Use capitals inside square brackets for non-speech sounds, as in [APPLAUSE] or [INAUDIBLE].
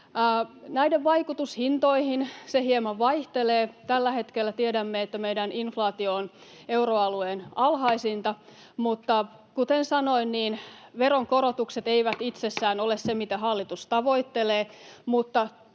Näiden vaikutus hintoihin hieman vaihtelee. Tällä hetkellä tiedämme, että meidän inflaatio on euroalueen alhaisinta, [NOISE] mutta kuten sanoin, niin veronkorotukset eivät itsessään ole se, mitä hallitus tavoittelee,